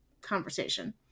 conversation